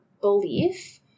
belief